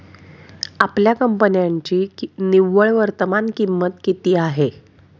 आपल्या कंपन्यांची निव्वळ वर्तमान किंमत किती आहे?